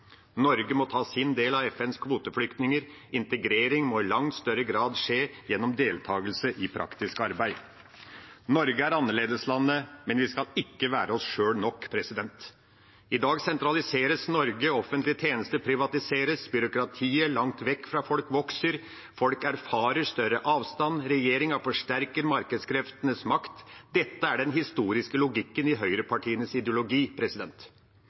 Norge må ta sin del av FNs kvoteflyktninger. Integrering må i langt større grad skje gjennom deltakelse i praktisk arbeid. Norge er annerledeslandet, men vi skal ikke være oss sjøl nok. I dag sentraliseres Norge. Offentlige tjenester privatiseres. Byråkratiet langt vekk fra folk vokser. Folk erfarer større avstand. Regjeringa forsterker markedskreftenes makt. Dette er den historiske logikken i høyrepartienes ideologi.